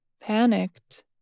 Panicked